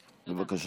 בבקשה.